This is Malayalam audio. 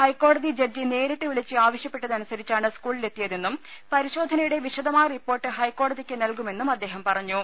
ഹൈക്കോടതി ജഡ്ജി നേരിട്ട് വിളിച്ച് ആവശ്യപ്പെട്ടതനുസരിച്ചാണ് സ്കൂളിലെത്തിയതെന്നും പരിശോധനയുടെ വിശദമായ റിപ്പോർട്ട് ഹൈക്കോടതിക്ക് നൽകുമെന്നും അദ്ദേഹം പറഞ്ഞു